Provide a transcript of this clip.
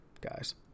guys